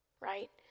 right